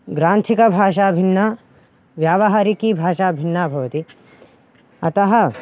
ग्रान्थिकभाषा भिन्ना व्यावहारिकीभाषा भिन्ना भवति अतः